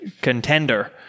contender